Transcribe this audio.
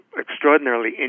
extraordinarily